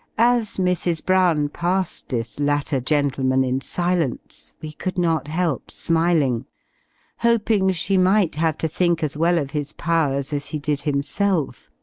as mrs. brown passed this latter gentleman in silence, we could not help smiling hoping she might have to think as well of his powers as he did himself,